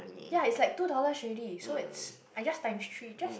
ya it's like two dollars already so it's I just times three just